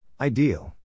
Ideal